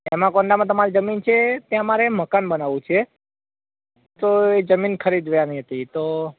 હેમાકોન્દામાં તમારી જમીન છે ત્યાં અમારે મકાન બનાવવું છે તો એ જમીન ખરીદવાની હતી તો